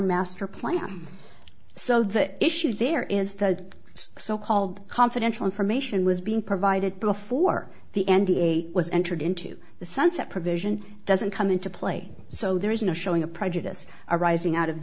master plan so that issue there is the so called confidential information was being provided before the n d a was entered into the sunset provision doesn't come into play so there is no showing a prejudice arising out of